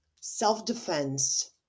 self-defense